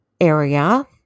area